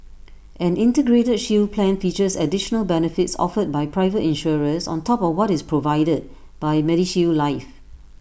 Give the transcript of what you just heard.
an integrated shield plan features additional benefits offered by private insurers on top of what is provided by medishield life